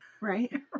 right